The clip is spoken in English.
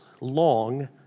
long